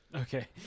Okay